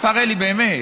השר אלי, באמת.